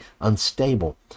unstable